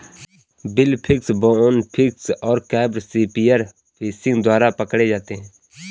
billfish, bonefish और crab spear fishing द्वारा पकड़े जाते हैं